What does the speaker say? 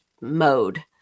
mode